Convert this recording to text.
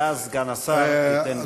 ואז סגן השר ייתן את התשובות שלו.